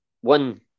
one